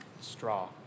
straw